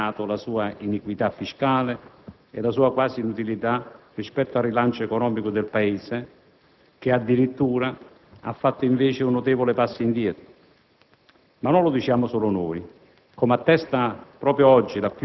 in più occasioni e in vari interventi abbiamo sempre sottolineato la sua iniquità fiscale e la sua quasi inutilità rispetto al rilancio economico del Paese che addirittura ha fatto, invece, un notevole passo indietro.